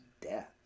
death